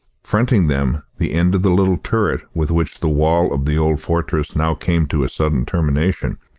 fronting them, the end of the little turret, with which the wall of the old fortress now came to a sudden termination,